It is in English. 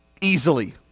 easily